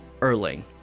Erling